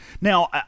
Now